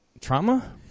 trauma